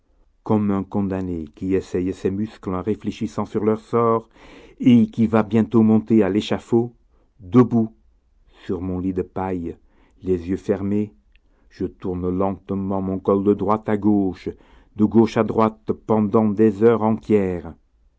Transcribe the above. comme un condamné qui essaie ses muscles en réfléchissant sur leur sort et qui va bientôt monter à l'échafaud debout sur mon lit de paille les yeux fermés je tourne lentement mon col de droite à gauche de gauche à droite pendant des heures entières